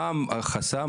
מה החסם,